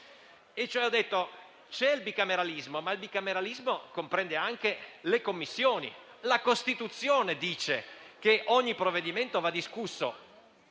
c'è il bicameralismo, il bicameralismo comprende anche le Commissioni. La Costituzione dice che ogni provvedimento va discusso